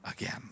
again